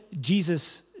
Jesus